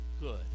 good